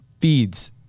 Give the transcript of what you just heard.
feeds